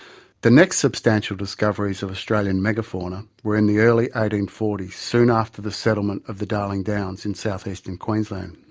the next substantial discoveries of australian megafauna were in the early eighteen forty s soon after the settlement of the darling downs in south eastern queensland.